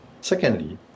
Secondly